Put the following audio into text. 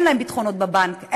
אין להן ביטחונות בבנק,